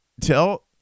tell